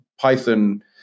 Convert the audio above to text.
Python